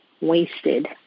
wasted